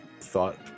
thought